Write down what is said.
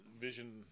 vision